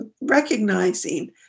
recognizing